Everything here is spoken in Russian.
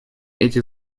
этих